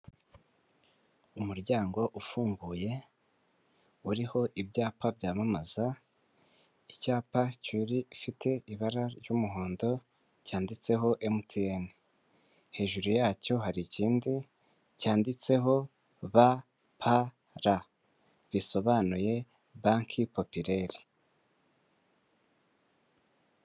Umuryango ufunguye uriho ibyapa byamamaza icyapa cyuri ifite ibara ry'umuhondo cyanditseho emutiyeni hejuru yacyo hari ikindi cyanditseho b p r bisobanuye banki Popurare.